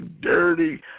dirty